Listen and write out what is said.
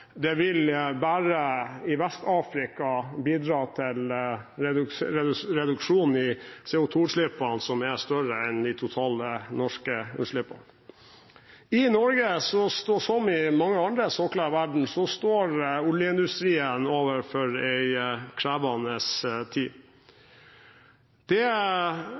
Det ville bare i Vest-Afrika bidra til en reduksjon i CO2-utslippene som er større enn de totale norske utslippene. I Norge som på mange andre sokler i verden står oljeindustrien overfor en krevende tid. Det